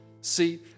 See